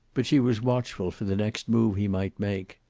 but she was watchful for the next move he might make.